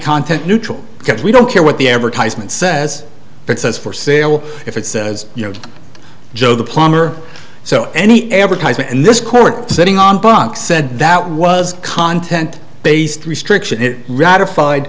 content neutral because we don't care what the advertisement says it says for sale if it says you know joe the plumber so any advertisement in this court sitting on bunk said that was content based r